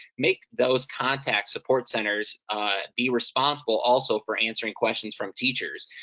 make those contact support centers be responsible, also, for answering questions from teachers.